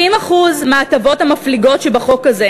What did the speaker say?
70% מההטבות המפליגות שבחוק הזה,